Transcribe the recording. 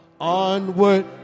onward